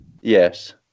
Yes